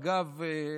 אגב,